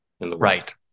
Right